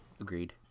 Agreed